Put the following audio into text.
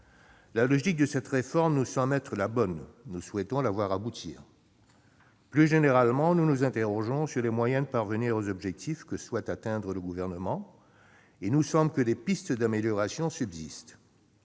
La logique de cette réforme nous semble être la bonne, et nous souhaitons la voir aboutir. Plus généralement, nous nous interrogeons sur les moyens de parvenir aux objectifs que souhaite atteindre le Gouvernement. Il nous semble que des pistes d'amélioration subsistent.